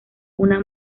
una